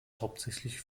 hauptsächlich